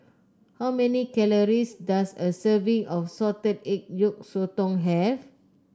how many calories does a serving of Salted Egg Yolk Sotong have